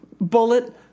bullet